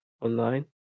online